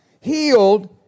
healed